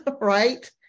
right